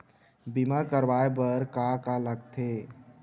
बीमा करवाय बर का का लगथे?